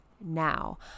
now